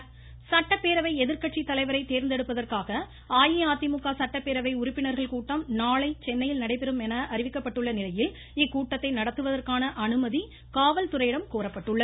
அஇஅதிமுக கூட்டம் சட்டப்பேரவை எதிர்க்கட்சி தலைவரை தேர்ந்தெடுப்பதற்காக அஇஅதிமுக சட்டப்பேரவை உறுப்பினர்கள் கூட்டம் நாளை சென்னையில் நடைபெறும் என அறிவிக்கப்பட்டுள்ள நிலையில் இக்கூட்டத்தை நடத்துவதந்கான அனுமதி காவல்துறையிடம் கோரப்பட்டுள்ளது